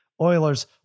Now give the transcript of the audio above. Oilers